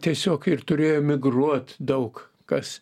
tiesiog ir turėjo migruot daug kas